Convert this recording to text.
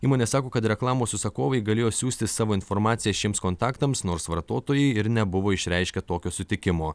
įmonė sako kad reklamos užsakovai galėjo siųsti savo informaciją šiems kontaktams nors vartotojai ir nebuvo išreiškę tokio sutikimo